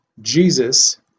Jesus